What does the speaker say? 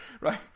right